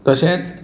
तशेंच